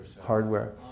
Hardware